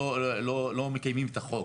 לא מקיימות את החוק.